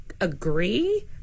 agree